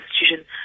institution